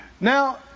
Now